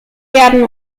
werden